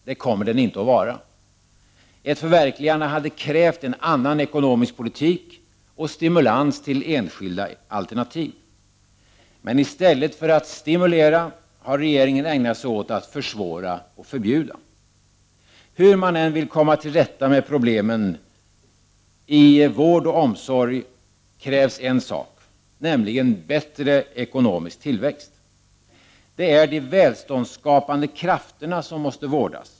Det kommer den inte att vara. Ett förverkligande hade krävt en annan ekonomisk politik och stimulans till enskilda alternativ. Men istället för att stimulera har regeringen ägnat sig åt att försvåra och förbjuda. Hur man än vill komma till rätta med problemen i vård och omsorg krävs en sak, nämligen bättre ekonomisk tillväxt. Det är de välståndsskapande krafterna som måste vårdas.